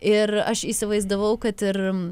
ir aš įsivaizdavau kad ir